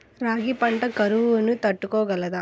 రాగి పంట కరువును తట్టుకోగలదా?